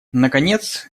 наконец